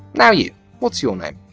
now, you, what's your name?